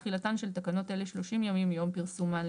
תחילתן של תקנות אלה 30 ימים מיום פרסומן.